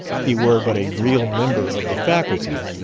he were but a real member of the faculty,